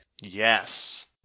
Yes